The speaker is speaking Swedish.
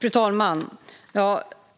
Fru talman!